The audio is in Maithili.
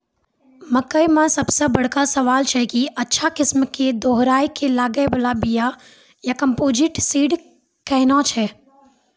मकई मे सबसे बड़का सवाल छैय कि अच्छा किस्म के दोहराय के लागे वाला बिया या कम्पोजिट सीड कैहनो छैय?